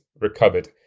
recovered